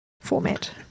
format